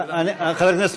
אחרי זה,